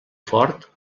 fort